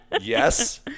Yes